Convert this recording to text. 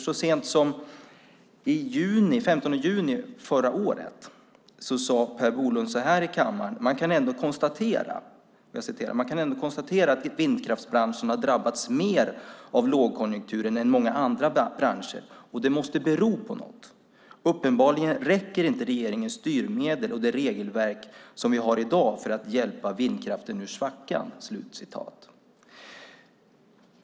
Så sent som den 15 juni förra året sade Per Bolund så här i kammaren: "Man kan ändå konstatera att vindkraftsbranschen har drabbats mer av lågkonjunkturen än många andra branscher, och det måste bero på något. Uppenbarligen räcker inte regeringens styrmedel och det regelverk som vi har i dag till för att hjälpa vindkraften ur svackan."